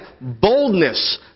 boldness